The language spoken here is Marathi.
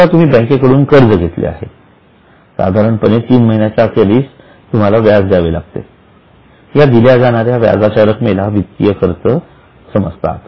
समजा तुम्ही बँकेकडून कर्ज घेतले आहे साधारणपणे तीन महिन्याच्या अखेरीस तुम्हाला व्याज द्यावे लागते या दिल्या जाणाऱ्या व्याजाच्या रक्कमेला वित्तीय खर्च समजतात